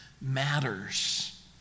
matters